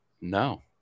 no